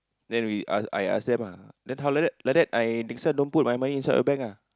then we ask I ask them ah then how like that like that I next time don't put my money inside your bank ah